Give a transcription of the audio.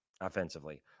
Offensively